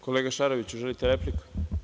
Kolega Šaroviću, da li želite repliku?